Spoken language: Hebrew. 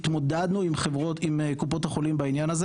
התמודדנו עם קופות החולים בעניין הזה